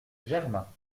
germain